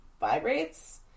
vibrates